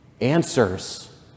answers